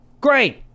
Great